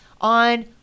on